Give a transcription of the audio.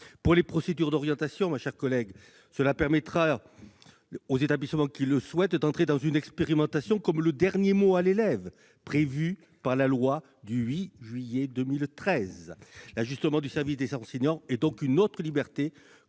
les procédures d'orientation, la disposition prévue permettra aux établissements qui le souhaitent d'entrer dans l'expérimentation qui donnera le dernier mot à l'élève, prévue par la loi du 8 juillet 2013. L'ajustement du service des enseignants est donc une autre liberté